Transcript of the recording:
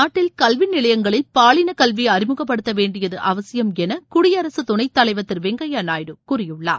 நாட்டில் கல்வி நிலையங்களில் பாலின கல்வியை அறிமுகப்படுத்த வேண்டியது அவசியம் என குடியரசுத் துணைத் தலைவர் திரு வெங்கையா நாயுடு கூறியுள்ளார்